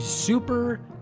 Super